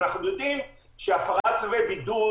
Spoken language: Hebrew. אנחנו יודעים שהפרת צווי בידוד